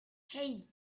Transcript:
hey